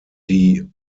die